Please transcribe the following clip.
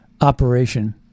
operation